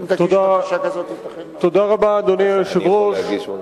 תודה רבה, אדוני היושב-ראש.